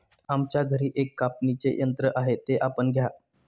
आमच्या घरी एक कापणीचे यंत्र आहे ते आपण घ्या